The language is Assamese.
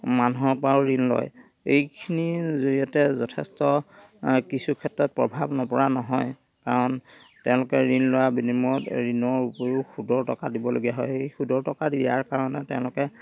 মানুহৰ পৰাও ঋণ লয় এইখিনিৰ জৰিয়তে যথেষ্ট কিছু ক্ষেত্ৰত প্ৰভাৱ নপৰা নহয় কাৰণ তেওঁলোকে ঋণ লোৱা বিনিময়ত ঋণৰ উপৰিও সুদৰ টকা দিবলগীয়া হয় এই সুদৰ টকা দিয়াৰ কাৰণে তেওঁলোকে